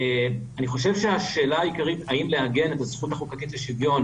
אני חושב שהשאלה העיקרית האם לעגן את הזכות החוקתית לשוויון